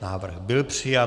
Návrh byl přijat.